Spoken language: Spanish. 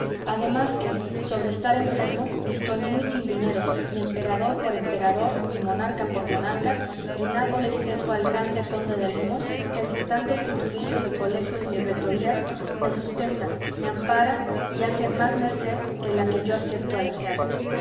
además que sobre estar enfermo estoy muy sin dineros y emperador por emperador y monarca por monarca en nápoles tengo al grande conde de lemos que sin tantos titulillos de colegios ni rectorías me sustenta me ampara y hace más merced que la que yo acierto a desear